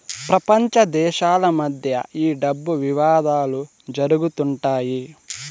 ప్రపంచ దేశాల మధ్య ఈ డబ్బు వివాదాలు జరుగుతుంటాయి